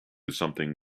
something